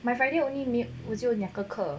my friday only 我就这有两个课